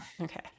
Okay